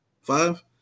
Five